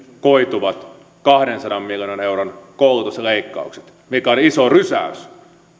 koituvat kahdensadan miljoonan euron koulutusleikkaukset ja se on iso rysäys